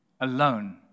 alone